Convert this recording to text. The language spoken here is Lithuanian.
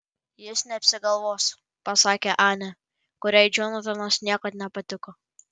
jis neapsigalvos pasakė anė kuriai džonatanas niekad nepatiko